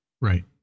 Right